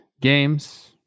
games